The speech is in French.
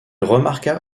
remarqua